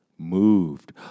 Moved